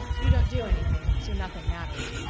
you don't do anything so nothing matters.